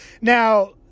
Now